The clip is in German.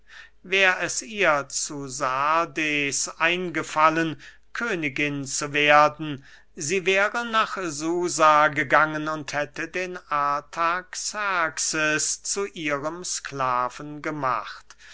wär es ihr zu sardes eingefallen königin zu werden sie wäre nach susa gegangen und hätte den artaxerxes zu ihrem sklaven gemacht